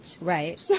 right